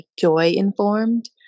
joy-informed